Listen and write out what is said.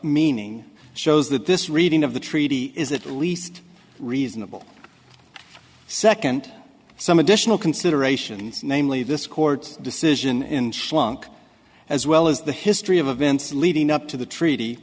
meaning shows that this reading of the treaty is at least reasonable second some additional considerations namely this court decision in flunk as well as the history of events leading up to the treaty